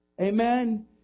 Amen